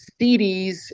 CDs